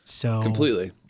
Completely